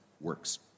works